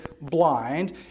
blind